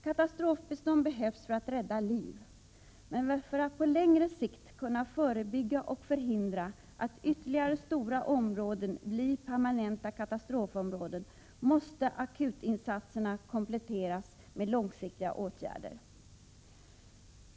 Katastrofbistånd behövs för att rädda liv, men för att på längre sikt kunna förebygga och förhindra att ytterligare stora områden blir permanenta katastrofområden måste akutinsatserna kompletteras med långsiktiga åtgärder.